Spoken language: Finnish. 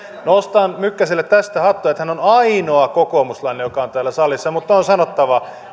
nostan mykkäselle tästä hattua että hän on ainoa kokoomuslainen joka on täällä salissa mutta on sanottava